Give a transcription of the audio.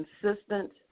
consistent